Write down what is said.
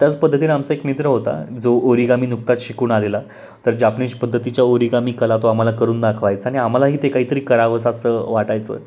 त्याच पद्धतीने आमचा एक मित्र होता जो ओरिगामी नुकताच शिकून आलेला तर जापनीज पद्धतीच्या ओरीगामी कला तो आम्हाला करून दाखवायचा आणि आम्हालाही ते काहीतरी करावसं असं वाटायचं